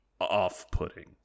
off-putting